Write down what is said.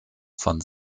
von